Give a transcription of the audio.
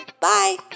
Bye